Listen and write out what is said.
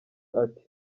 ati